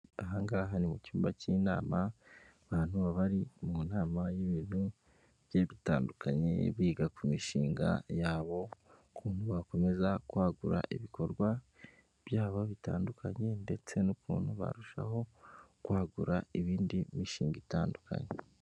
Ahangaha ni mu cyumba cy'inama, abantu baba mu nama y'ibintu bye bitandukanye biga ku mishinga yabo ukuntu bakomeza kwagura ibikorwa byabo bitandukanye ndetse n'ukuntu barushaho kwagura ibindi mishinga itandukanye.